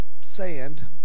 sand